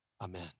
amen